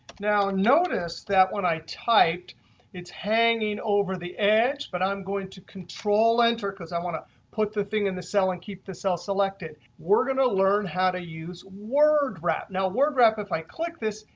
now, notice that when i typed it's hanging over the edge. but i'm going to control-enter. because i want to put the thing in the cell and keep the cell selected. we're going to learn how to use word wrap. now, word wrap, if i click this,